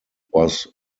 was